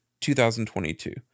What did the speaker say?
2022